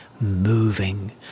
Moving